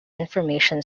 information